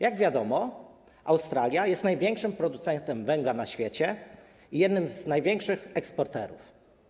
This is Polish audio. Jak wiadomo, Australia jest największym producentem węgla na świecie i jednym z największych eksporterów.